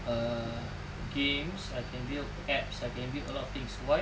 err games I can build apps I can build a lot of things why